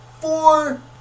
Four